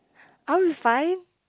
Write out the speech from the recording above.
aren't we fine